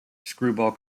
screwball